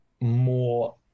more